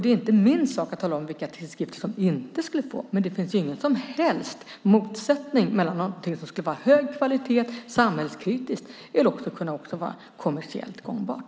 Det är inte min sak att tala om vilka tidskrifter som inte skulle få stöd, men det finns ingen som helst motsättning mellan något som skulle ha hög kvalitet, vara samhällskritiskt och kommersiellt gångbart.